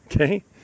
okay